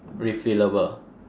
refillable